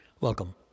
Welcome